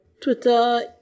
Twitter